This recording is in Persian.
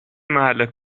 محل